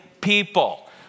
people